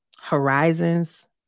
horizons